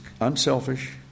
unselfish